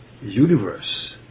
universe